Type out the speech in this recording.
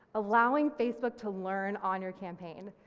allowing facebook to learn on your campaign,